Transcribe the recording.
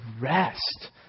rest